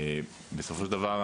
בסופו של דבר,